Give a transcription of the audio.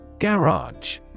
Garage